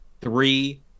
three